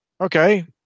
okay